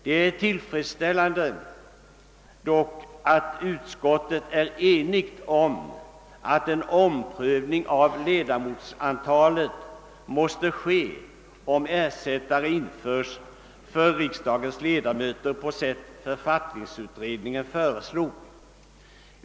Det är emellertid tillfredsställande att utskottet har varit enigt om att en omprövning av antalet ledamöter måste göras, om ersättare införes för riksdagsledamöter på sätt författningsutredningen föreslog.